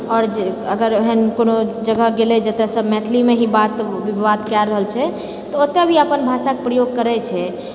आओर जे अगर ओहन कोनो जगह गेलै जतऽसँ मैथिलीमे ही बात विवाद कए रहल छै तऽ ओतए भी अपन भाषाके प्रयोग करै छै